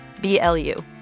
B-L-U